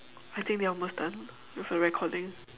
I think we're almost done with our recording